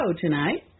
tonight